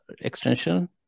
extension